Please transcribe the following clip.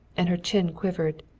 and her chin quivered.